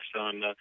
on